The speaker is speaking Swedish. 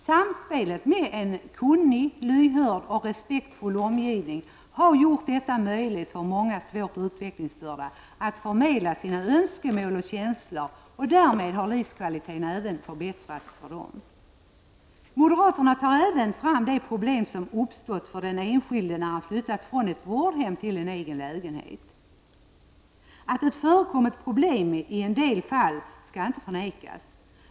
Samspelet med en kunnig, lyhörd och respektfull omgivning har gjort det möjligt för många svårt utvecklingsstörda att förmedla sina önskemål och känslor, och därmed har livskvaliteten förbättrats även för dem. Moderaterna tar även fram de problem som uppstått för den enskilde när han flyttat från ett vårdhem till en egen lägenhet. Att det förekommit problem i en del fall skall inte förnekas.